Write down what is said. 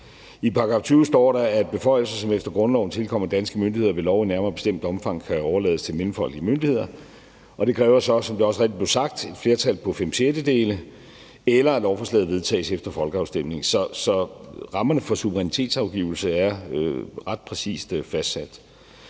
I § 20 står der, at beføjelser, som efter grundloven tilkommer danske myndigheder, ved lov og i nærmere bestemt omfang kan overlades til mellemfolkelige myndigheder, og det kræver så, som det også rigtigt blev sagt, et flertal på fem sjettedele, eller at lovforslaget vedtages efter folkeafstemning. Så rammerne for suverænitetsafgivelse er ret præcist fastsat.